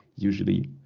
usually